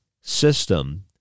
system